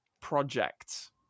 project